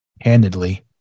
handedly